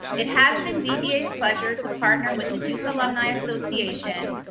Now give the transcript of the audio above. it has been dba's pleasure to partner with the duke alumni association,